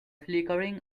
flickering